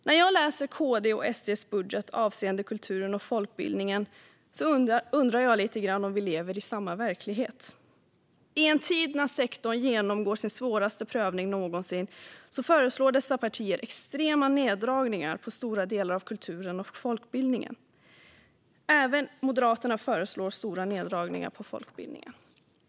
När jag läser KD:s och SD:s budgetar avseende kulturen och folkbildningen undrar jag lite grann om vi lever i samma verklighet. I en tid när sektorn genomgår sin svåraste prövning någonsin föreslår dessa partier extrema neddragningar för stora delar av kulturen och folkbildningen. Även Sverigedemokraterna föreslår stora neddragningar för folkbildningen.